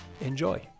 enjoy